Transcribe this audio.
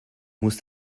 musst